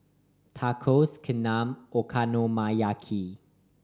Tacos Kheema Okonomiyaki